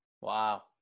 Wow